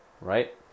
right